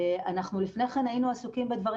אנחנו לפני כן היינו עסוקים בדברים